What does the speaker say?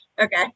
Okay